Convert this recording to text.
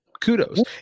Kudos